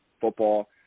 football